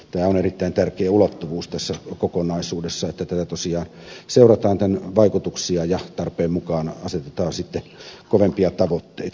tämä on erittäin tärkeä ulottuvuus tässä kokonaisuudessa että tosiaan seurataan tämän vaikutuksia ja tarpeen mukaan asetetaan sitten kovempia tavoitteita